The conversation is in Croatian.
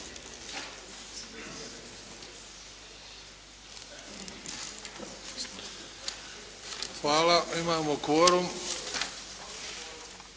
Hvala. Imamo kvorum.